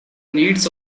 needs